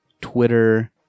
Twitter